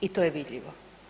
I to je vidljivo.